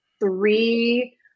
three